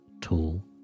Tall